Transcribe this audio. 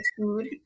food